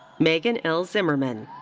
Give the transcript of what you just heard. megan l. zimmerman.